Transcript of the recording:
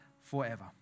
forever